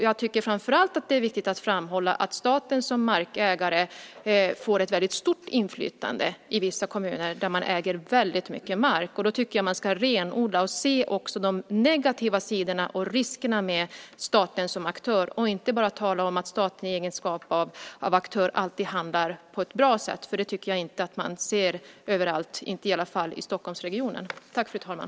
Jag tycker framför allt att det är viktigt att framhålla att staten som markägare får ett väldigt stort inflytande i vissa kommuner där staten äger väldigt mycket mark. Då tycker jag att man ska renodla och se också de negativa sidorna och riskerna med staten som aktör, och inte bara tala om att staten i egenskap av aktör alltid handlar på ett bra sätt. Det tycker jag inte att man ser överallt, i alla fall inte i Stockholmsregionen.